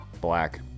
black